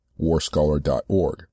Warscholar.org